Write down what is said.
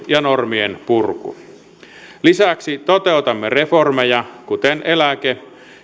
ja normien purku lisäksi toteutamme reformeja kuten eläke